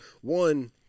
one